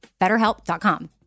BetterHelp.com